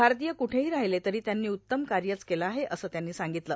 भारतीय कुठेहा राहिले तरां त्यांनी उत्तम कायच केलं आहे असं त्यांनी सांगगतलं